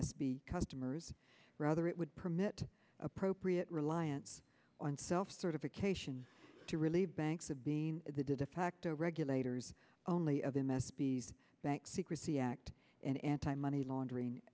s b customers rather it would permit appropriate reliance on self certification to relieve banks of being the defacto regulators only of him s b s bank secrecy act and anti money laundering